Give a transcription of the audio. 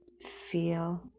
feel